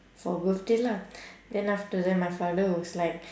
for birthday lah then after that my father was like